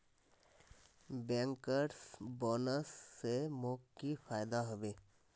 bankers bonus स मोक की फयदा हबे